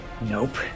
Nope